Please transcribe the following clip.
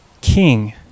king